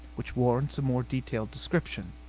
which warrants a more detailed description.